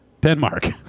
Denmark